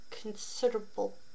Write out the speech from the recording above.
considerable